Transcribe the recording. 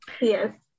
yes